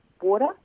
water